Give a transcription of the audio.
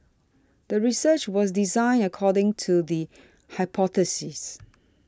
the research was designed according to the hypothesis